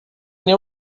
nie